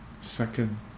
Second